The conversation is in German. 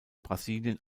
brasilien